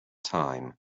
time